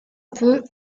peu